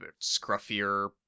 scruffier